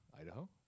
Idaho